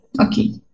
okay